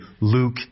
Luke